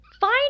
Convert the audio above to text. fine